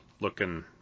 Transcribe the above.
looking